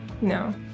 no